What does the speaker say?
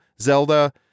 Zelda